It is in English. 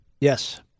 Yes